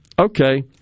okay